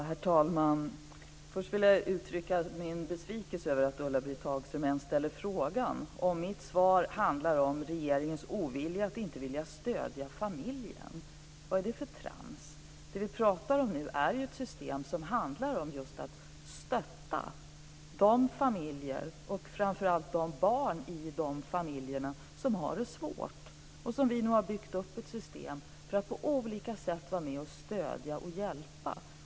Herr talman! Först vill jag uttrycka min besvikelse över att Ulla-Britt Hagström ens ställer frågan om mitt svar handlar om regeringens ovilja att stödja familjen. Vad är det för trams? Vad vi talar om nu är ju ett system som just handlar om att stötta de familjer och framför allt barnen i dessa familjer som har det svårt, och som vi nu har byggt upp ett system för att på olika sätt vara med och stödja och hjälpa.